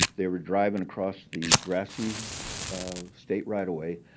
they were driving across the grassy um state right-of-way,